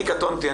אני קטונתי.